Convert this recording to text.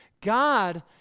God